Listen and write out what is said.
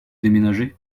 déménager